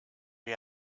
you